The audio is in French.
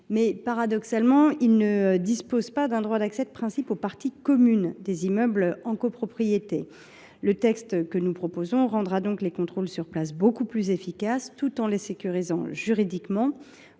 Mais, paradoxalement, ils ne disposent pas d’un droit d’accès de principe aux parties communes des immeubles en copropriété. Cet amendement a pour objet de rendre les contrôles sur place beaucoup plus efficaces, tout en les sécurisant juridiquement